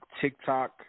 TikTok